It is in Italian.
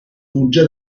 fugge